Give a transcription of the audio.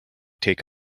take